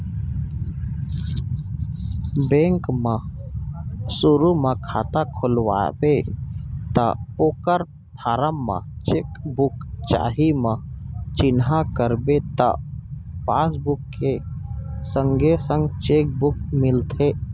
bank म सुरू म खाता खोलवाबे त ओकर फारम म चेक बुक चाही म चिन्हा करबे त पासबुक के संगे संग चेक बुक मिल जाथे